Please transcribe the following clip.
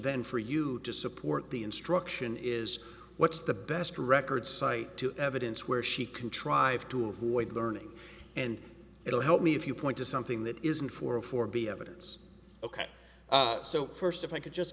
then for you to support the instruction is what's the best record cite to evidence where she contrived to avoid learning and it'll help me if you point to something that isn't for a for b evidence ok so first if i could just